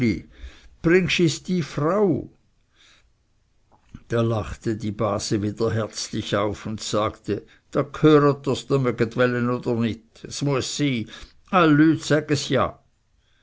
is dy frau da lachte die base wieder herzlich auf und sagte da ghöret drs dr möget welle oder nit es mueß sy all lüt säges ja